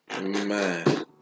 Man